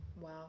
Wow